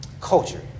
culture